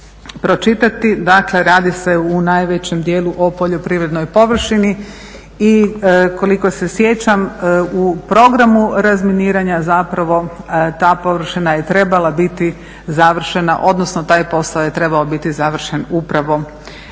dakle radi se u najvećem dijelu o poljoprivrednoj površini. I koliko se sjećam u programu razminiranja zapravo ta površina je trebala biti završena, odnosno taj posao je trebao biti završen upravo